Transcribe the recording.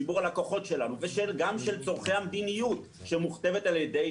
ציבור הלקוחות שלנו וגם של צורכי המדיניות שמוכתבת על ידי